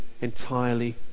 entirely